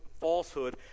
falsehood